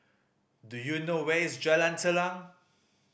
do you know where is Jalan Telang